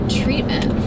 treatment